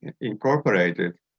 incorporated